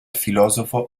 filosofo